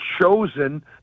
chosen